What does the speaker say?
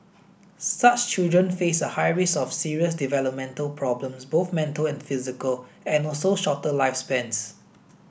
such children face a high risk of serious developmental problems both mental and physical and also shorter lifespans